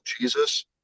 Jesus